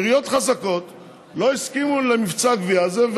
עיריות חזקות לא הסכימו למבצע הגבייה הזה,